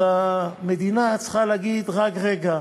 אז המדינה צריכה להגיד: רק רגע.